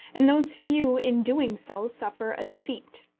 and those few in doing so suffer a defeat.